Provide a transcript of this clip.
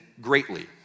greatly